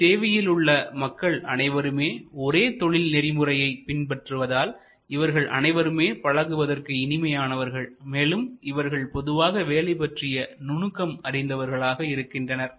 இந்த சேவையில் உள்ள மக்கள் அனைவருக்குமே ஒரே தொழில் நெறிமுறையை பின்பற்றுவதால் இவர்கள் அனைவருமே பழகுவதற்கு இனிமையானவர்கள் மேலும் இவர்கள் பொதுவாக வேலை பற்றிய நுணுக்கம் அறிந்தவர்களாக இருக்கின்றனர்